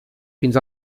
fins